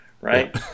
Right